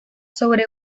sobre